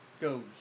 Goes